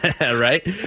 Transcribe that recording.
Right